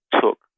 took